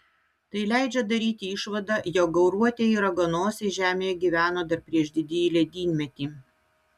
tai leidžia daryti išvadą jog gauruotieji raganosiai žemėje gyveno dar prieš didįjį ledynmetį